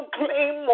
claim